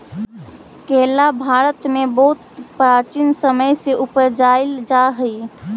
केला भारत में बहुत प्राचीन समय से उपजाईल जा हई